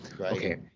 okay